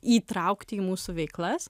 įtraukti į mūsų veiklas